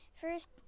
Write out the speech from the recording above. First